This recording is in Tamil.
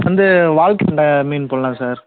வந்து வால்கெண்டை மீன் போடலாம் சார்